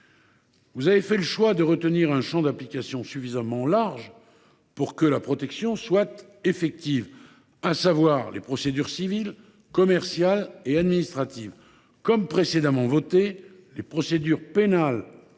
vous avez fait le choix de retenir un champ d’application suffisamment large pour que la protection soit effective, à savoir les procédures civile, commerciale et administrative. Comme vous en aviez décidé